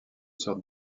sorte